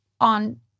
on